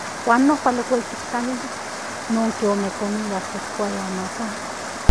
Huan nompal okuel tiktlalilia nonke ome comida okuaya antes.